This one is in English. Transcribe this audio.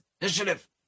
initiative